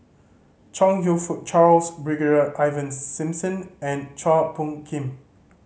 Chong You Fook Charles Brigadier Ivan Simson and Chua Phung Kim